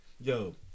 Yo